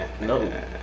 No